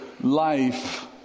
life